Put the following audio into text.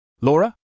Laura